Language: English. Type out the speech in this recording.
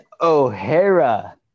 O'Hara